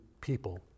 people